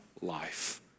life